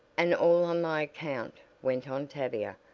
and all on my account, went on tavia.